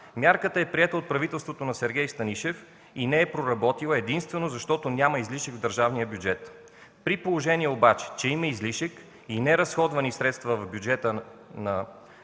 Мярката е приета от правителството на Сергей Станишев и не е проработила единствено, защото няма излишък в държавния бюджет. При положение обаче, че има излишък и неразходвани средства в бюджета на